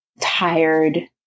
tired